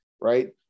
Right